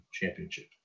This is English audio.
Championship